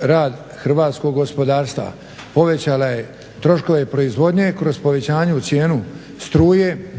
rad hrvatskog gospodarstva. Povećala je troškove proizvodnje kroz povećanje cijene struje,